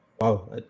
Wow